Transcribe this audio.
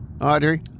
Audrey